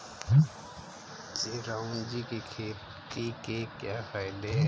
चिरौंजी की खेती के क्या फायदे हैं?